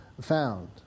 found